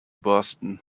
boston